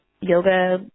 yoga